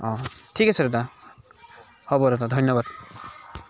অঁ ঠিক আছে দাদা হ'ব দাদা ধন্যবাদ